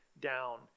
down